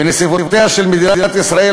בנסיבותיה של מדינת ישראל,